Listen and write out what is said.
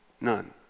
none